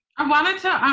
i wanted to.